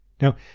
Now